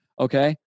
okay